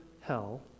hell